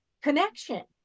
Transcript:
connection